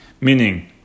meaning